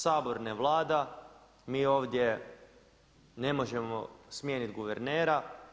Sabor ne vlada, mi ovdje ne možemo smijeniti guvernera.